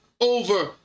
over